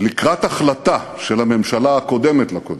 לקראת החלטה של הממשלה הקודמת לקודמת,